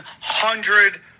hundred